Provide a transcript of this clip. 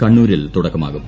കണ്ണൂരിൽ തുടക്കമാകും